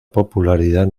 popularidad